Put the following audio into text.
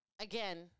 again